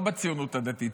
לא בציונות הדתית,